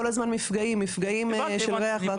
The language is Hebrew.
כל הזמן מפגעים של ריח והכל.